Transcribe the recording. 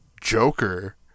Joker